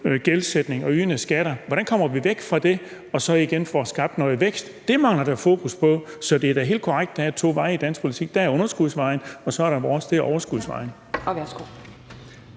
gældsætning og øgede skatter. Hvordan kommer vi væk fra det og får skabt noget vækst igen? Det mangler der fokus på. Så det er da helt korrekt, at der er to veje i dansk politik – der er underskudsvejen, og så er der vores vej, nemlig overskudsvejen.